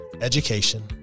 education